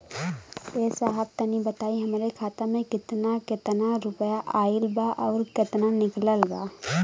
ए साहब तनि बताई हमरे खाता मे कितना केतना रुपया आईल बा अउर कितना निकलल बा?